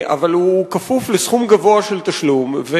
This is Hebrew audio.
אבל הוא כפוף לסכום גבוה של תשלום,